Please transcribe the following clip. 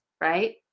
right